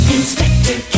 Inspector